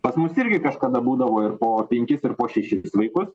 pas mus irgi kažkada būdavo ir po penkis ir po šešis vaikus